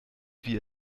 wie